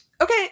okay